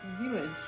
village